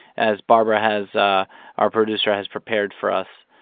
as barbara has ah our producer has prepared for us.